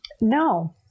No